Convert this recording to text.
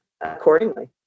accordingly